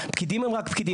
אמרה: פקידים הם רק פקידים,